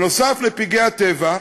נוסף על פגעי הטבע,